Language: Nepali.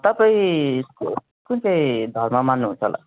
तपाईँ कुन चाहिँ धर्म मान्नुहुन्छ होला